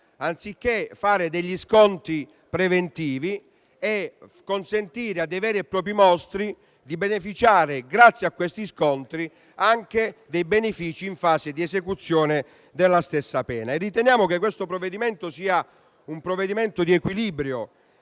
anziché fare degli sconti preventivi e consentire a dei veri e propri mostri di beneficiare, grazie a questi sconti, anche dei benefici in fase di esecuzione della pena stessa. Ebbene, riteniamo che questo sia un provvedimento di equilibrio